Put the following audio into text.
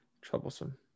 troublesome